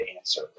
answer